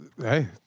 hey